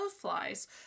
flies